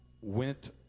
went